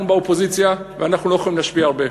אנחנו באופוזיציה, ואנחנו לא יכולים להשפיע הרבה.